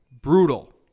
Brutal